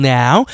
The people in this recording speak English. now